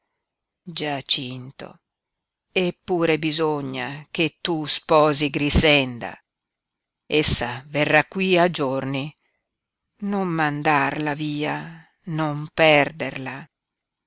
giacinto eppure bisogna che tu sposi grixenda essa verrà qui a giorni non mandarla via non perderla